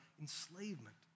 enslavement